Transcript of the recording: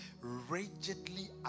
rigidly